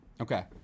Okay